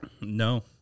No